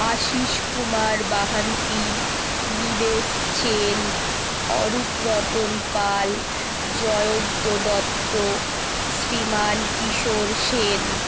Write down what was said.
Ashis Kumar Bahanti Nilesh Chel Arup Ratan Pal Jayanta Dutta Shriman Kishore Sen